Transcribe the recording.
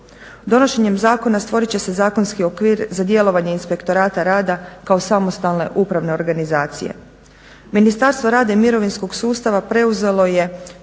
Donošenjem zakona stvorit će se zakonski okvir za djelovanje Inspektorata rada kao samostalne upravne organizacije.